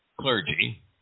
clergy